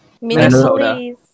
Minnesota